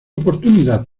oportunidad